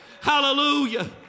Hallelujah